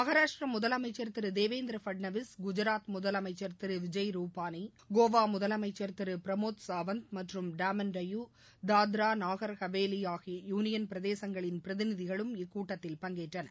மகாராஷ்டிர முதலமைச்சர் திரு தேவேந்திர பட்னாவிஸ் குஜராத் முதலமைச்சர் திரு விஜய ருபாணி கோவா முதலமைச்சர் திரு பிரமோத் சாவந்த் மற்றும் டாமன் டியோ தத்ரா நாகர் ஹாவேலி ஆகிய யூனியன் பிரதேசங்களின் பிரதிநிதிகளும் இக்கூட்டத்தில் பங்கேற்றனர்